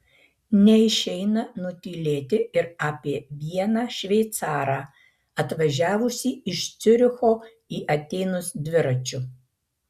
neišeina nutylėti ir apie vieną šveicarą atvažiavusį iš ciuricho į atėnus dviračiu